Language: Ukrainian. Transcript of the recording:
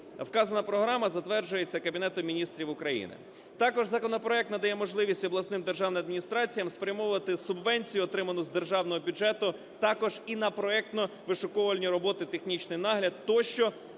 вказана програма затверджується Кабінетом Міністрів України. Також законопроект надає можливість обласним державним адміністраціям спрямовувати субвенцію, отриману з державного бюджету, також і на проектно-вишукувальні роботи, технічний нагляд тощо,